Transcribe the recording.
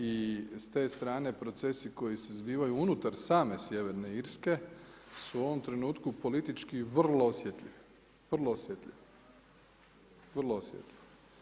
I s te strane procesi koji se zbivaju unutar same sjeverne Irske su u ovom trenutku politički vrlo osjetljivi, vrlo osjetljivi.